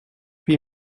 huit